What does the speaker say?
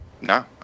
no